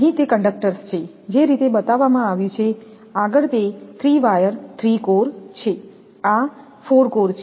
અહીં તે કંડકટર્સ છે જે રીતે તે બતાવવામાં આવ્યું છે આગળ તે 3 વાયર થ્રી કોર છે આ 4 કોર છે